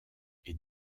est